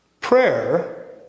Prayer